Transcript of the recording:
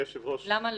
--- למה לא?